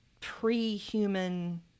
pre-human